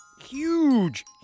huge